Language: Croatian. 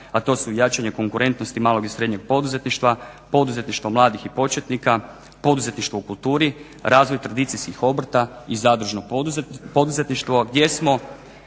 a to su: jačanje konkurentnosti malog i srednjeg poduzetništva, poduzetništvo mladih i početnika, poduzetništvo u kulturi, razvoj tradicijskih obrta i zadružno poduzetništvo gdje smo